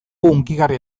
hunkigarria